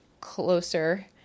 closer